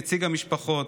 נציג המשפחות,